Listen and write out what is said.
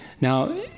Now